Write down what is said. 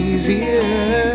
Easier